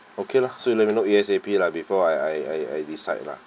okay lah so you let me know A_S_A_P lah before I I I decide lah